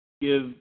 Give